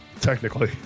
technically